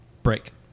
Break